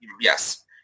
Yes